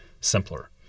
simpler